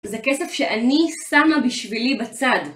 זה כסף שאני שמה בשבילי בצד